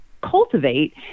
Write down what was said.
cultivate